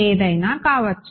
ఏదైనా కావచ్చు